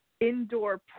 Indoor